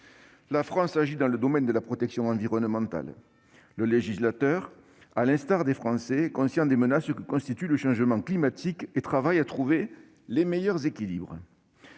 La France agit dans le domaine de la protection environnementale. Le législateur, à l'instar des Français, est conscient des menaces que constitue le changement climatique et travaille à trouver les meilleurs équilibres.